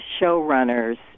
showrunners